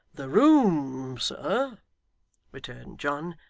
the room, sir returned john,